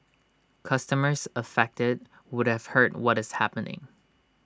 customers affected would have heard what is happening